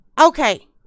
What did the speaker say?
okay